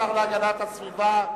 השר להגנת הסביבה,